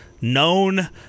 known